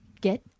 get